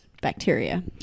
bacteria